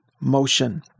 motion